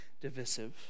divisive